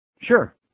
Sure